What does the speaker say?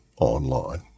online